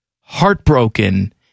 heartbroken